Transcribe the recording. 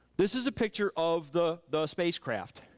this is a picture of the the spacecraft.